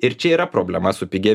ir čia yra problema su pigia